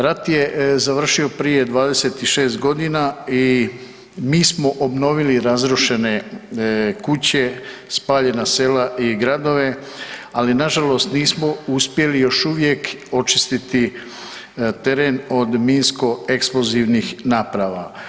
Rat je završio prije 26 godina i mi smo obnovili razrušene kuće, spaljena sela i gradove ali na žalost nismo uspjeli još uvijek očistiti teren od minsko-eksplozivnih naprava.